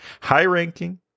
High-ranking